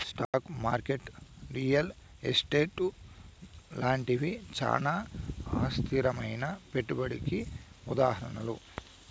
stock market real estate లాంటివి చానా అస్థిరమైనా పెట్టుబడికి ఉదాహరణలు